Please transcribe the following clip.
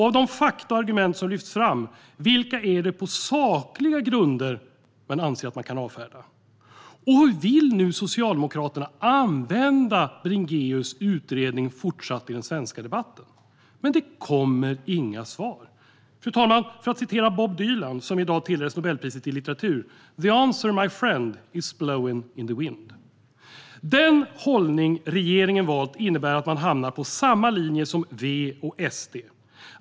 Av de fakta och argument som lyfts fram: Vilka är det som man anser att man kan avfärda på sakliga grunder? Hur vill nu Socialdemokraterna fortsatt använda Bringéus utredning i den svenska debatten? Det kommer inga svar. Fru talman! För att citera Bob Dylan, som i dag tilldelats Nobelpriset i litteratur: "The answer, my friend, is blowin' in the wind." Den hållning regeringen valt innebär att man hamnar på samman linje som V och SD.